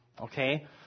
Okay